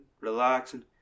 relaxing